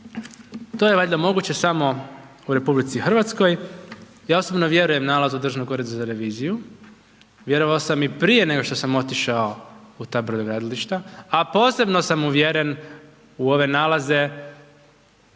To je valjda moguće samo u RH. Ja osobno vjerujem nalazu Državnog ureda za reviziju. Vjerovao sam i prije nego što sam otišao u ta brodogradilišta. A posebno sam uvjeren u one nalaze